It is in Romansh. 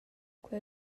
quei